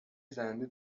زننده